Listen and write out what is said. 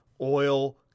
oil